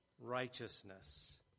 righteousness